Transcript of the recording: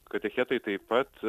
katechetai taip pat